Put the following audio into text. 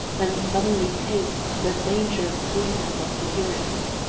and suddenly tastes the dangerous sweetness of security.